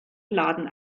laden